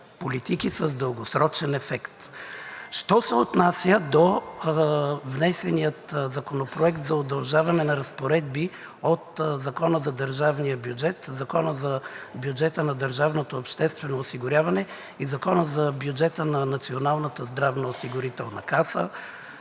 политики с дългосрочен ефект. Що се отнася до внесения Законопроект за удължаване на разпоредби от Закона за държавния бюджет, Закона за бюджета на държавното обществено осигуряване и Закона за бюджета на Националната здравноосигурителна каса,